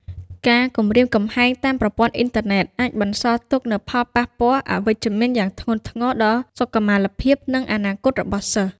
ការគំរាមកំហែងតាមប្រព័ន្ធអ៊ីនធឺណិត អាចបន្សល់ទុកនូវ ផលប៉ះពាល់អវិជ្ជមានយ៉ាងធ្ងន់ធ្ងរ ដល់សុខុមាលភាព និងអនាគតរបស់សិស្ស។